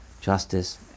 justice